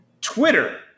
Twitter